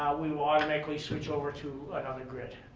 we will automatically switch over to another grid,